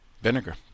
vinegar